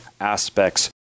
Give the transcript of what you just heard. aspects